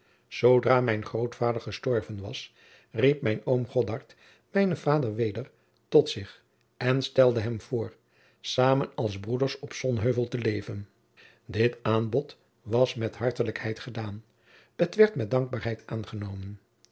zoodra mijn grootvader gestorven was riep mijn oom godard mijnen vader weder tot zich en stelde hem voor samen als broeders op sonheuvel te leven dit aanbod was met hartelijkheid gedaan het werd met dankbaarheid aangenomen